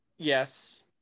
Yes